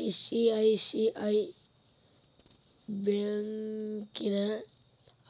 ICICI ಬ್ಯಂಕಿನ